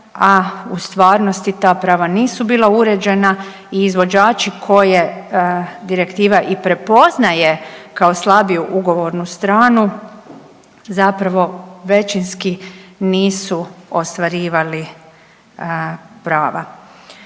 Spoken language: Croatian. a u stvarnosti ta prava nisu bila uređena i izvođači koje direktiva i prepoznaje kao slabiju ugovo9rnu stranu, zapravo većinski nisu ostvarivali prava.